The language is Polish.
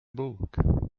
bóg